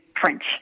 French